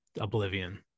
oblivion